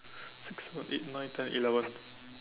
six seven eight nine ten eleven